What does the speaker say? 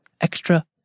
extra